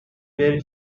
very